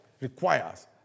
requires